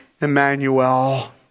Emmanuel